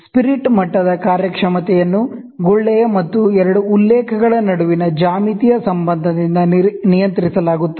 spirit ಮಟ್ಟದ ಕಾರ್ಯಕ್ಷಮತೆಯನ್ನು bubble ಮತ್ತು ಎರಡು ಉಲ್ಲೇಖಗಳ ನಡುವಿನ ಜ್ಯಾಮಿತೀಯ ಸಂಬಂಧದಿಂದ ನಿಯಂತ್ರಿಸಲಾಗುತ್ತದೆ